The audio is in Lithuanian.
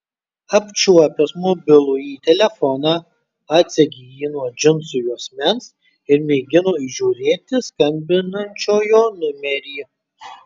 apčiuopęs mobilųjį telefoną atsegė jį nuo džinsų juosmens ir mėgino įžiūrėti skambinančiojo numerį